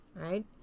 right